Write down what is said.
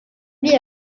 vit